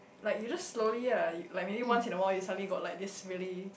like you just slowly ah like maybe once in a while you suddenly got like this really